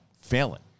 failing